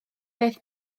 beth